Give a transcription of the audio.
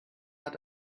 hat